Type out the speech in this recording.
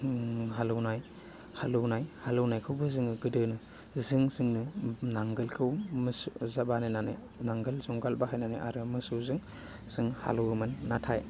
उम हालौवनाय हालौनाय हालौनायखौबो जोङो गोदोनो जों जोंनो नांगोलखौ मोसि बानायनानै नांगोल जुंगाल बाहायनानै आरो मोसौजों जों हालौवोमोन नाथाय